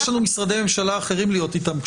יש לנו משרדי ממשלה אחרים להיות איתם קשוחים,